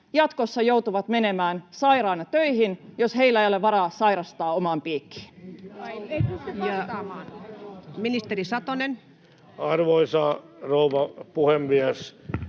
jatkossa menemään sairaana töihin, jos heillä ei ole varaa sairastaa omaan piikkiin? Ja ministeri Satonen. Arvoisa rouva puhemies!